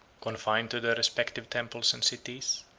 confined to their respective temples and cities,